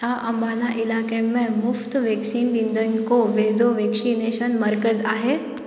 छा अम्बाला इलाइके में मुफ़्त वैक्सीन ॾींदड़ु को वेझो वैक्सनेशन मर्कज़ आहे